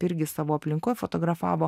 irgi savo aplinkoj fotografavo